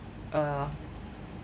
uh